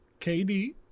KD